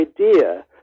idea